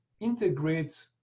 integrate